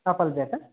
apple ಇದೆಯಾ sir